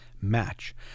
match